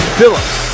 Phillips